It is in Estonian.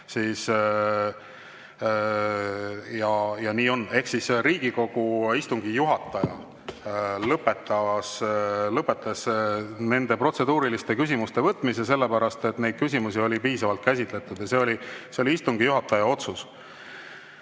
Ja nii on. Riigikogu istungi juhataja lõpetas protseduuriliste küsimuste võtmise sellepärast, et neid küsimusi oli piisavalt käsitletud. See oli istungi juhataja otsus.